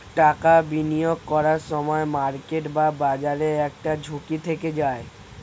টাকা বিনিয়োগ করার সময় মার্কেট বা বাজারের একটা ঝুঁকি থেকে যায়